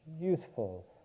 useful